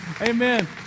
Amen